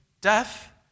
death